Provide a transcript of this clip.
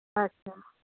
अछा